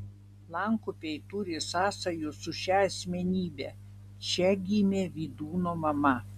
lankupiai turi sąsajų su šia asmenybe čia gimė vydūno mama